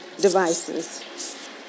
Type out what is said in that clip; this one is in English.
devices